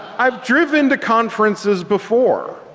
i've driven to conferences before.